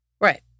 Right